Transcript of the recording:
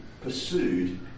pursued